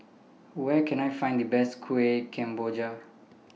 Where Can I Find The Best Kueh Kemboja